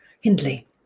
Hindley